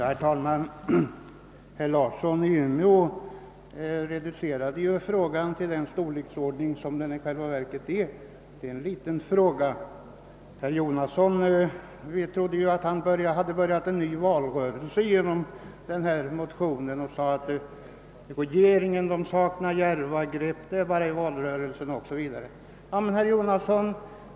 Herr talman! Herr Larsson i Umeå reducerade den fråga vi nu diskuterar till den storleksordning som den i själva verket har — det är en liten fråga. Herr Jonasson trodde däremot tydligen att en ny valrörelse hade börjat genom denna motion, och han sade att regeringen saknar djärva grepp; det är bara i en valrörelse som man visar sig intresserad av glesbygderna o. s. v.